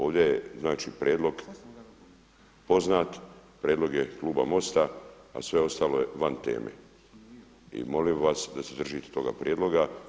Ovdje je znači prijedlog poznat, prijedlog je kluba MOST-a a sve ostalo je van teme i molio bih vas da se držite toga prijedloga.